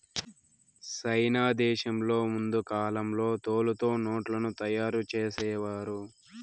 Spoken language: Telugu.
సైనా దేశంలో ముందు కాలంలో తోలుతో నోట్లను తయారు చేసేవారు